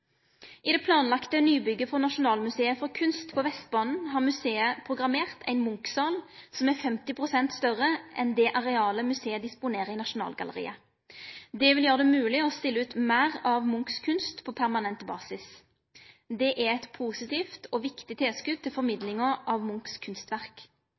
I det planlagde nybygget for Nasjonalmuseet for kunst på Vestbanen har museet programmert ein Munch-sal som er 50 pst. større enn det arealet museet disponerer i Nasjonalgalleriet. Det vil gjere det mogleg å stille ut meir av Munchs kunst på permanent basis. Det er eit positivt og viktig tilskot til formidlinga av Munchs kunstverk.